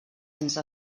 sense